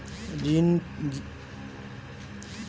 বেড়াতে যাওয়ার জন্য ঋণ পাওয়া যায় কি?